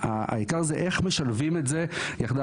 העיקר זה איך משלבים את זה יחדיו.